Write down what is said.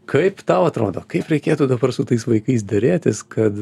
kaip tau atrodo kaip reikėtų dabar su tais vaikais derėtis kad